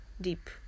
deep